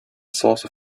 source